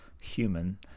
human